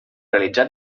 realitzar